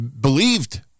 believed